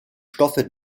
stoffe